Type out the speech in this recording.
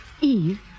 Eve